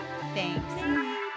Thanks